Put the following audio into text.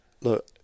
Look